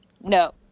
no